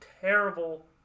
terrible